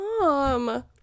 mom